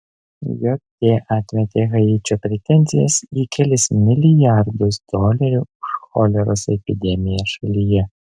jt atmetė haičio pretenzijas į kelis milijardus dolerių už choleros epidemiją šalyje